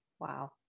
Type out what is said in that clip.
Wow